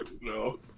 No